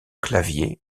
claviers